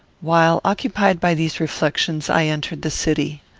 while occupied by these reflections, i entered the city.